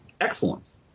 excellence